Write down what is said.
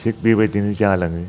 थिक बेबादिनो जालाङो